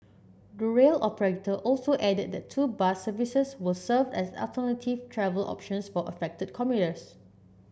the rail operator also added that two bus services will serve as alternative travel options for affected commuters